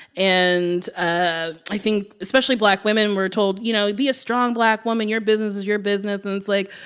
and ah i think especially black women we're told, you know, be a strong black woman. your business is your business. and it's like,